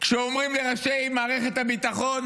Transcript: כשאומרים לראשי מערכת הביטחון: